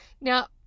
now